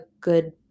good